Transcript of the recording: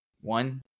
one